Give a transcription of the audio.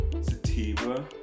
sativa